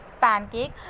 pancake